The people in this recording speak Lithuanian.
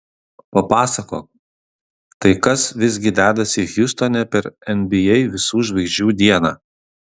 papasakok tai kas visgi dedasi hjustone per nba visų žvaigždžių dieną